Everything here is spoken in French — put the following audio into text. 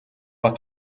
voir